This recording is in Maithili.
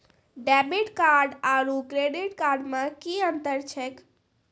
डेबिट कार्ड आरू क्रेडिट कार्ड मे कि अन्तर छैक?